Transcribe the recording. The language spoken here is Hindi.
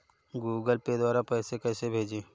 गूगल पे द्वारा पैसे कैसे भेजें?